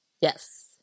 Yes